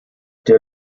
der